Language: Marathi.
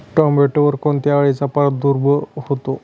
टोमॅटोवर कोणत्या अळीचा प्रादुर्भाव होतो?